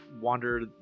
wander